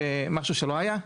משהו שלא היה.